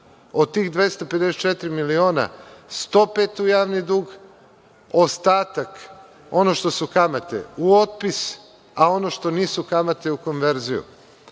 Od tih 254 miliona, 105 miliona u javni dug, ostatak, ono što su kamate u otpis, a ono što nisu kamate u konverziju.